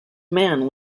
man